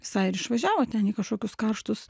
visai ir išvažiavo ten į kažkokius karštus